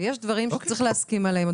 יש דברים שצריך להסכים עליהם,